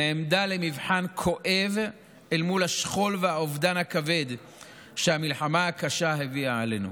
נעמדה למבחן כואב אל מול השכול והאובדן הכבד שהמלחמה הקשה הביאה עלינו.